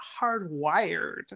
hardwired